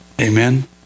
Amen